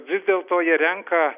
vis dėlto jie renka